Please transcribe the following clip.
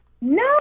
no